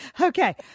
Okay